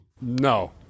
No